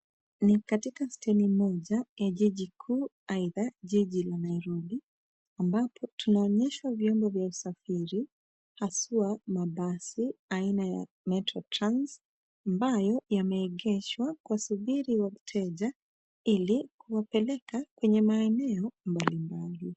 Ni katika steni moja ya jiji kuu aidha jiji la Nairobi ambapo tunaonyeshwa vyombo vya usafiri haswa mabasi aina ya metro trans ambayo yameegeshwa kuwasubiri wateja ili kuwapeleka kwenye maeneo mbalimbali.